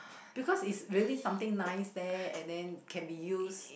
because it is really something nice there and then can be used